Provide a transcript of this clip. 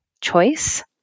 choice